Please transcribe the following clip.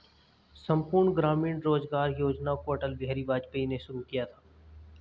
संपूर्ण ग्रामीण रोजगार योजना को अटल बिहारी वाजपेयी ने शुरू किया था